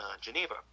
Geneva